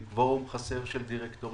עם קוורום חסר של דירקטוריון.